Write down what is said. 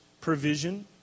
provision